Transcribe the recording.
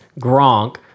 Gronk